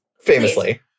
famously